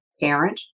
parent